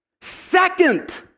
second